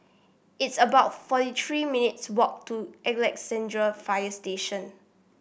it's about forty three minutes' walk to Alexandra Fire Station